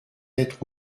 être